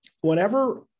whenever